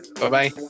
Bye-bye